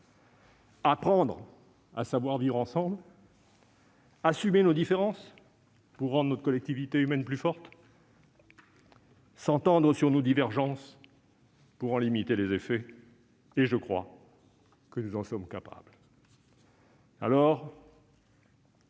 apprendre à savoir vivre ensemble, assumer nos différences pour rendre notre collectivité humaine plus forte, et nous entendre sur nos divergences pour en limiter les effets. Je crois que nous en sommes capables.